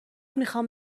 میخام